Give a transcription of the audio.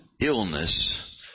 illness